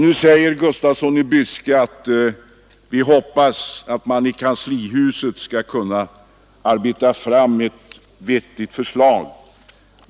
Herr Gustafsson i Byske hoppades att man i kanslihuset skulle kunna arbeta fram ett vettigt förslag.